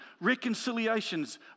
reconciliations